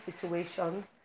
situations